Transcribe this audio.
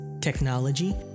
technology